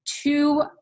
two